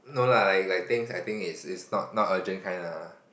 no lah like I think I think is is not not urgent kind lah